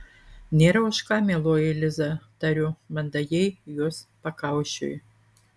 nėra už ką mieloji liza tariu mandagiai jos pakaušiui